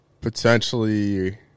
potentially